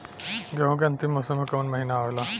गेहूँ के अंतिम मौसम में कऊन महिना आवेला?